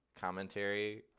commentary